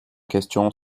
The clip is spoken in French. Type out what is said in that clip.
question